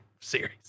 series